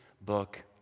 book